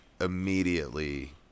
immediately